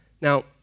Now